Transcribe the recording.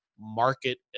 market